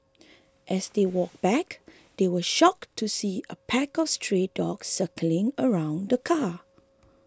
as they walked back they were shocked to see a pack of stray dogs circling around the car